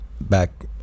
back